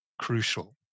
crucial